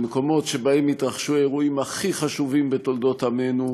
למקומות שבהם התרחשו האירועים הכי חשובים בתולדות עמנו.